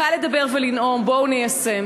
קל לדבר ולנאום, בואו ניישם.